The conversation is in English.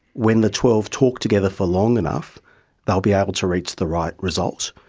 when the twelve talk together for long enough they'll be able to reach the right result.